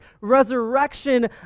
resurrection